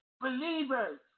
believers